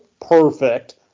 Perfect